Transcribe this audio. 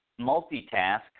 multitask